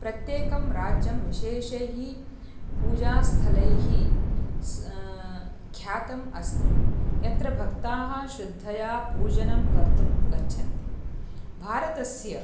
प्रत्येकं राज्यं विशेषैः पूजास्थलैः सह ख्यातम् अस्ति यत्र भक्ताः शुद्धया पूजनं कर्तुं गच्छन्ति भारतस्य